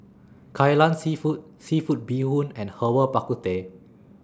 Kai Lan Seafood Seafood Bee Hoon and Herbal Bak Ku Teh